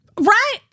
Right